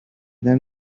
then